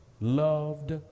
loved